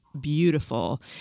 beautiful